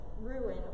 ruin